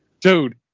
Dude